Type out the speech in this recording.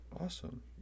Awesome